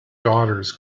daughters